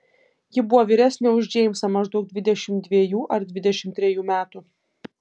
ji buvo vyresnė už džeimsą maždaug dvidešimt dvejų ar dvidešimt trejų metų